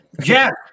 Jack